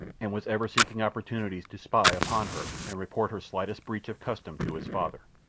and was ever seeking opportunities to spy upon her and report her slightest breach of custom to his father.